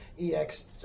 EX